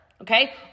okay